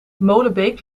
molenbeek